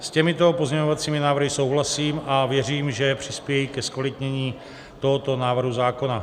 S těmito pozměňovacími návrhy souhlasím a věřím, že přispějí ke zkvalitnění tohoto návrhu zákona.